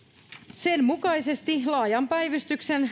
sen mukaisesti laajan päivystyksen